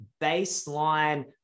baseline